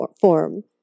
form